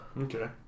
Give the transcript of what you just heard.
Okay